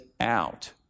out